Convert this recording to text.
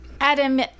Adam